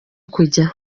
kujya